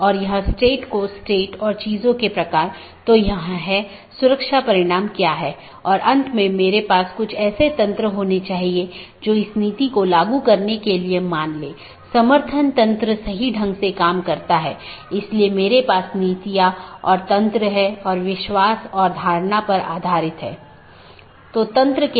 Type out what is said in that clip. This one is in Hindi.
नेटवर्क लेयर की जानकारी क्या है इसमें नेटवर्क के सेट होते हैं जोकि एक टपल की लंबाई और उपसर्ग द्वारा दर्शाए जाते हैं जैसा कि 14 202 में 14 लम्बाई है और 202 उपसर्ग है और यह उदाहरण CIDR रूट है